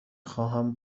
خواهم